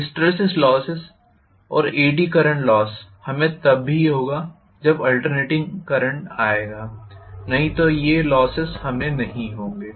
hysteresis loss और eddy current loss हमें तभी होगा जब आल्टर्नेटिंग करेंट्स आएगा नहीं तो हमें ये लोसेस नहीं होंगे